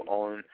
on